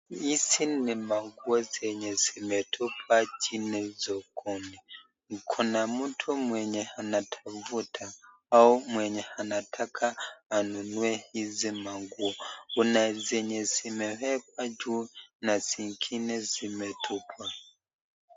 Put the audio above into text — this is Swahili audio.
Hizi ni manguo zenye zimetupwa chini sokoni, kuna mtu mwenye anatafuta au mweye anataka anunue hizi manguo, kuna zenye zimewekwa juu na zingine zimetupwa.